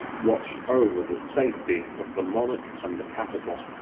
watched over the safety of the monarch and the capital.